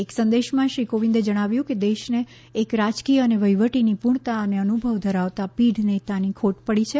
એક સંદેશમાં શ્રી કોવિંદે જણાવ્યું કે દેશને એક રાજકીય અને વહીવટી નિપૂણતા અને અનુભવ ધરાવતા પીઢ નેતાની ખોટ પડી છે